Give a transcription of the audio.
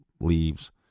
leaves